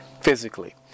Physically